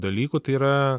dalykų tai yra